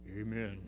Amen